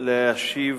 להשיב